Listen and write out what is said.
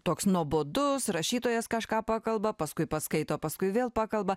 toks nuobodus rašytojas kažką pakalba paskui paskaito paskui vėl pakalba